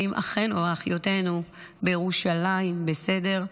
האם אחינו, אחיותינו, בירושלים, בסדר?